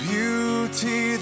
beauty